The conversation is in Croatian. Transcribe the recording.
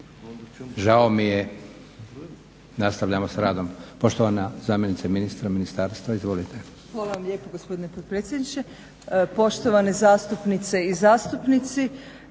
Žao mi je. Nastavljamo sa radom. Poštovana zamjenica ministra ministarstva, izvolite. **Artuković Kunšt, Sandra** Hvala lijepo gospodine predsjedniče, poštovane zastupnice i zastupnici.